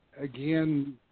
again